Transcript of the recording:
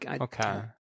Okay